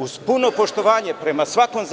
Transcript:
Uz puno poštovanje prema svakom